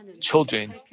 children